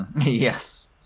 Yes